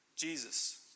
Jesus